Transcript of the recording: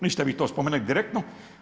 Niste vi to spomenuli direktno.